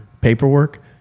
paperwork